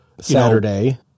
Saturday